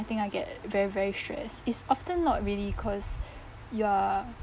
I think I get very very stressed it's often not really cause you're